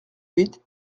huit